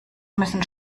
müssen